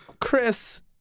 Chris